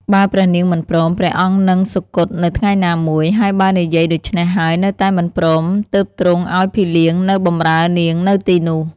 បើព្រះនាងមិនព្រម ព្រះអង្គនឹងសុគតនៅថ្ងៃណាមួយ ហើយបើនិយាយដូច្នេះហើយនៅតែមិនព្រម ទើបទ្រង់ឱ្យភីលៀងនៅបម្រើនាងនៅទីនោះ។